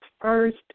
first